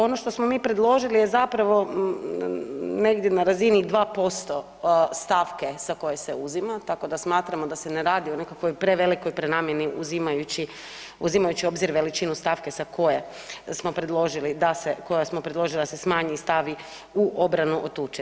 Ono što smo mi predložili je zapravo negdje na razini 2% stavke sa koje se uzima, tako da smatramo da se ne radi o nekakvoj prevelikoj prenamjeni uzimajući, uzimajući u obzir veličinu stavke sa koje smo predložili da se, koje smo predložili da se smanji i stavi u obranu od tuče.